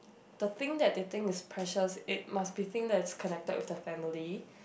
the thing that they think is precious it must be thing that is connect with the family